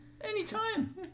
anytime